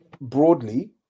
broadly